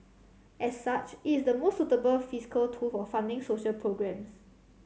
as such it is the most suitable fiscal tool for funding social programmes